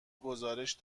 گزارش